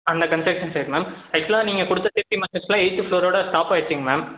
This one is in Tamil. அந்த கன்ஸ்ட்ரக்ஷன் சைட் மேம் ஆக்சுவலாக நீங்கள் கொடுத்த சேஃப்டி மெஷர்ஸெல்லாம் எயிட்த்து ஃப்ளோரோடு ஸ்டாப் ஆகிடுச்சிங்க மேம்